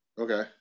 Okay